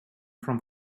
from